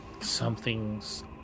Something's